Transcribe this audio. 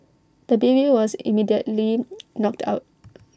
the baby was immediately knocked out